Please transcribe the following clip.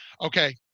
Okay